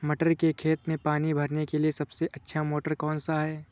मटर के खेत में पानी भरने के लिए सबसे अच्छा मोटर कौन सा है?